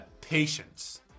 Patience